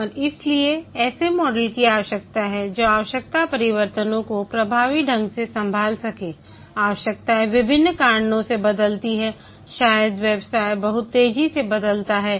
और इसलिए ऐसे मॉडल की आवश्यकता है जो आवश्यकता परिवर्तनों को प्रभावी ढंग से संभाल सके आवश्यकताएं विभिन्न कारणों से बदलती हैं शायद व्यवसाय बहुत तेजी से बदलता है